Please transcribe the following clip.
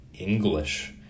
english